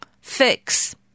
fix